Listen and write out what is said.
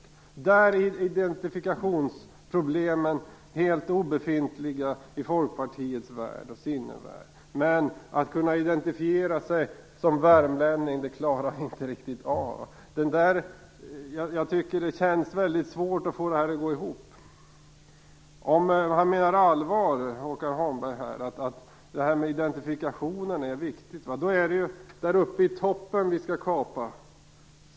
I det fallet är identifikationsproblemen helt obefintliga i Folkpartiets sinnevärld. Men att kunna identifiera oss som värmlänningar klarar vi inte riktigt av. Det känns svårt att få det att gå ihop. Om Håkan Holmberg menar allvar med att identifikation är viktigt är det uppe i toppen som vi skall kapa.